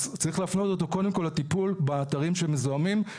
אז צריך להפנות אותם קודם כל לטיפול באתרים שהם מזוהמים.